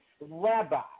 rabbi